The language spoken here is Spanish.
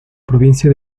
provincia